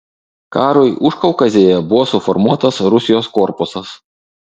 karui užkaukazėje buvo suformuotas rusijos korpusas